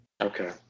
Okay